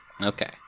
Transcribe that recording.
Okay